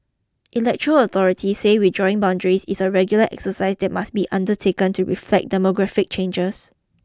electoral authorities say redrawing boundaries is a regular exercise that must be undertaken to reflect demographic changes